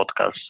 podcast